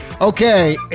Okay